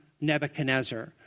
Nebuchadnezzar